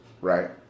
right